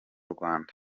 rwanda